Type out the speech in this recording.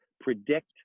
predict